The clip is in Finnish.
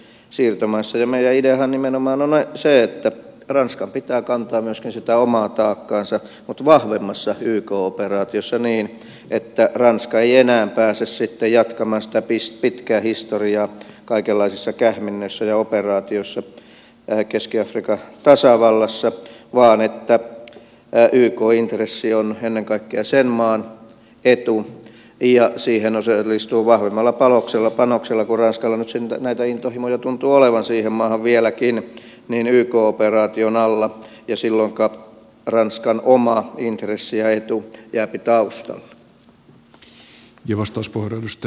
meidän ideahan nimenomaan on se että ranskan pitää kantaa myöskin sitä omaa taakkaansa mutta vahvemmassa yk operaatiossa niin että ranska ei enää pääse sitten jatkamaan sitä pitkää historiaa kaikenlaisissa kähminnöissä ja operaatioissa keski afrikan tasavallassa vaan että ykn intressi on ennen kaikkea sen maan etu ja siihen osallistutaan vahvemmalla panoksella yk operaation alla kun ranskalla nyt näitä intohimoja tuntuu olevan siihen maahan vieläkin ja silloin ranskan oma intressi ja etu jääpi taustalle